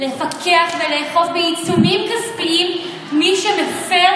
לפקח ולאכוף בעיצומים כספיים נגד מי שמפר